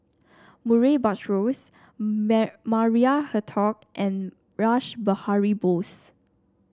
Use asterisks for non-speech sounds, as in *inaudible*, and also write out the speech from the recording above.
Murray Buttrose *unintelligible* Maria Hertogh and Rash Behari Bose